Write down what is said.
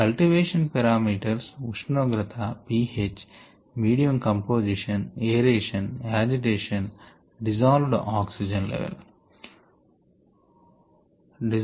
cultivation parameters ఉష్ణోగ్రత pH medium composition aeration agitation dissolved oxygen level